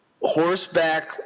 horseback